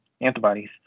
antibodies